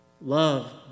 Love